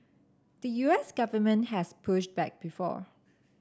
the U S government has pushed back before